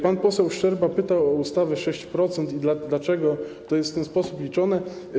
Pan poseł Szczerba pytał o ustawę 6% i dlaczego to jest w ten sposób liczone.